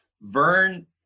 Vern